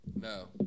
no